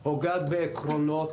או עקרונות.